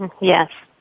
Yes